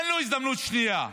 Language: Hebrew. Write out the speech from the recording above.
אין לו הזדמנות שנייה,